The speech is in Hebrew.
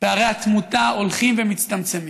פערי התמותה הולכים ומצטמצמים.